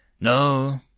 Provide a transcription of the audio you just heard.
No